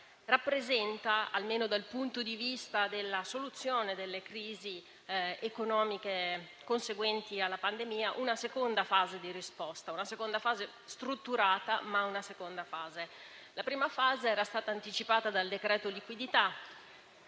rappresenta, almeno dal punto di vista della soluzione delle crisi economiche conseguenti alla pandemia, una seconda fase di risposta, una seconda fase strutturata, ma una seconda fase. La prima fase era stata anticipata dal decreto liquidità,